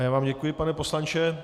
Já vám děkuji, pane poslanče.